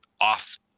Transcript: off